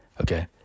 Okay